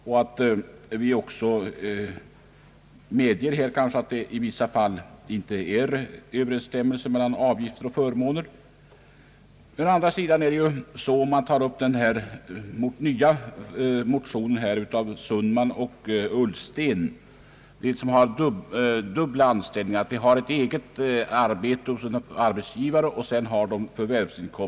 Utskottet medger också att det kanske i vissa fall inte är överensstämmelse mellan avgifter och förmåner. Så kommer jag till den nya motionen av herrar Sundman och Ullsten. Där behandlas avdraget för dem som har dels anställning hos arbetsgivare, dels inkomster av annat förvärvsarbete.